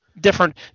different